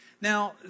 Now